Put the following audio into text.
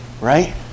right